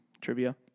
trivia